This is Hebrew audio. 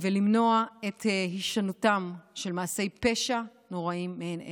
ולמנוע את הישנותם של מעשי פשע נוראים מעין אלו.